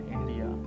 India